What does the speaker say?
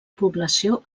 població